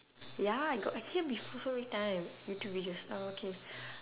ya I got hear before so many time youtube videos uh okay